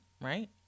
right